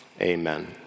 amen